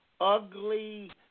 ugly